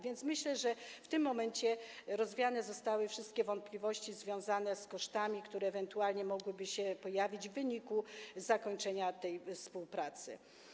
Więc myślę, że w tym momencie zostały rozwiane wszystkie wątpliwości związane z kosztami, które ewentualnie mogłyby się pojawić w wyniku zakończenia tej współpracy.